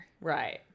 Right